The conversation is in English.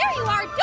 yeah you are.